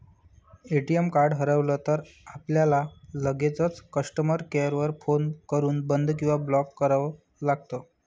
ATM card हरवलं तर, आपल्याला लगेचच कस्टमर केअर वर फोन करून बंद किंवा ब्लॉक करावं लागतं